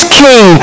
king